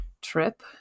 trip